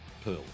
Pearl